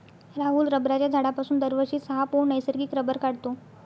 राहुल रबराच्या झाडापासून दरवर्षी सहा पौंड नैसर्गिक रबर काढतो